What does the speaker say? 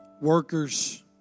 workers